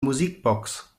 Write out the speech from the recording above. musikbox